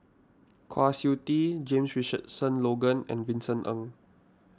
Kwa Siew Tee James Richardson Logan and Vincent Ng